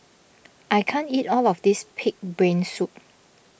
I can't eat all of this Pig's Brain Soup